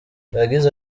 yagize